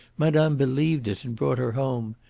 madame believed it, and brought her home.